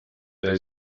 they